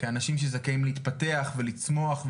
כאנשים שזכאים להתפתח ולצמוח,